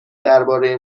درباره